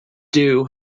due